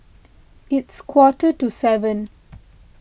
its quarter to seven